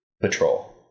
patrol